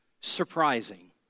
surprising